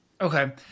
Okay